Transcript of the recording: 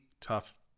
tough